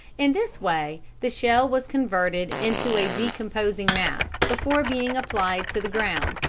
in this way the shell was converted into a decomposing mass before being applied to the ground,